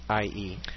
IE